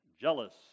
jealous